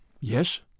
Yes